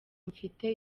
mfite